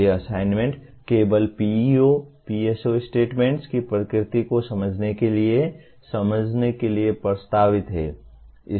तो ये असाइनमेंट केवल PEO PSO स्टेटमेंट्स की प्रकृति को समझने के लिए समझने के लिए प्रस्तावित हैं